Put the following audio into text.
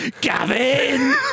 Gavin